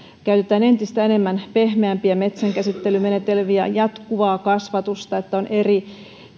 käytetään entistä enemmän pehmeämpiä metsänkäsittelymenetelmiä jatkuvaa kasvatusta että on eri